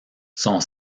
son